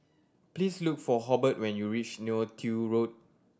please look for Hobert when you reach Neo Tiew Road